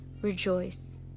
Rejoice